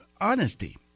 honesty